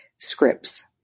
scripts